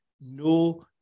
no